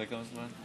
אחרי כמה זמן?